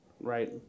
Right